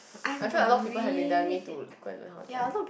I feel like a lot of people have been telling me to go and learn how to drive